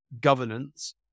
governance